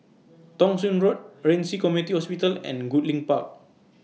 Thong Soon Road Ren Ci Community Hospital and Goodlink Park